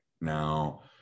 Now